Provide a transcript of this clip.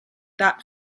that